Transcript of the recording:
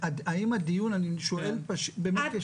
אני שואל באמת.